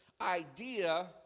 idea